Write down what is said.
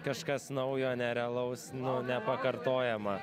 kažkas naujo nerealaus nu nepakartojama